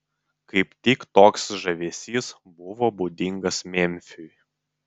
kaip tik toks žavesys buvo būdingas memfiui